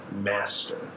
Master